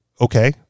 okay